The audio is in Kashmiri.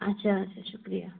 اچھا اچھا شُکریہ